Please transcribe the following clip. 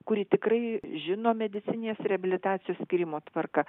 kuri tikrai žino medicininės reabilitacijos skyrimo tvarką